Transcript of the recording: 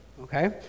Okay